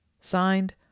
Signed